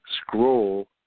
scroll